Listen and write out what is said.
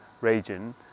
region